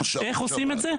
איך עושים את זה?